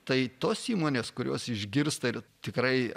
tai tos įmonės kurios išgirsta ir tikrai